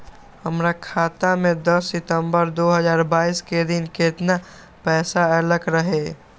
हमरा खाता में दस सितंबर दो हजार बाईस के दिन केतना पैसा अयलक रहे?